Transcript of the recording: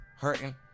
hurting